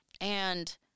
and-